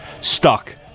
stuck